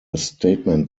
statement